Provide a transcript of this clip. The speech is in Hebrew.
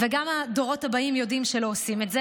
גם הדורות הבאים יודעים שלא עושים את זה,